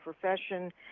profession